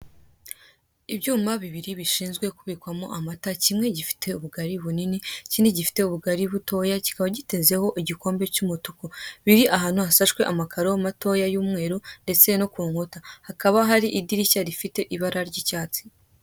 Ibyuma bibiri bishinzwe kubika amata kimwe gifite ubugari bunini ikindi gifite ubugari butoya, kikaba gitezeho igikombe cy'umutuku biri ahantu hasashwe amakaro matoya y'umweru ndetse no kunkuta hakaba hari idirishya rifite ibara ry'icyatsi.